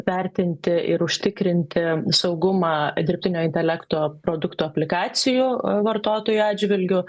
vertinti ir užtikrinti saugumą dirbtinio intelekto produktų aplikacijų vartotojų atžvilgiu